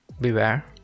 beware